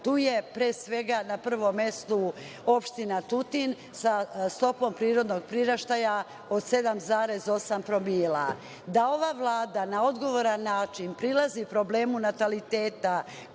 Tu je, pre svega, na prvom mestu opština Tutin sa stopom prirodnog priraštaja od 7,8%.Da ova Vlada na odgovoran način prilazi problemu nataliteta,